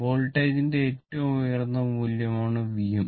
വോൾട്ടേജിന്റെ ഏറ്റവും ഉയർന്ന മൂല്യമാണ് Vm